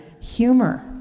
Humor